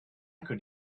could